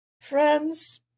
Friends